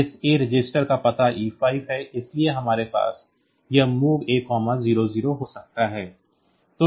इस A register का पता E5 है इसलिए हमारे पास यह MOV A00 हो सकता है